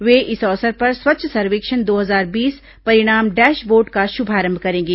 वे इस अवसर पर स्वच्छ सर्वेक्षण दो हजार बीस परिणाम डैशबोर्ड का शुभारंभ करेंगे